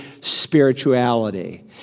spirituality